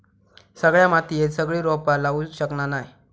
सगळ्या मातीयेत सगळी रोपा लावू शकना नाय